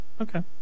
okay